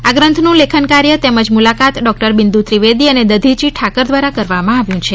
આ ગ્રંથનું લેખન કાર્ય તેમજ મુલાકાત ડોક્ટર બિંદુ ત્રિવેદી અને દધીચિ ઠાકર દ્વારા કરવામાં આવ્યું છે